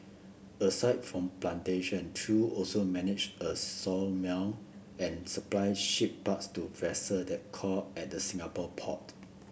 aside from plantation Chew also managed a sawmill and supplied ship parts to vessel that called at the Singapore port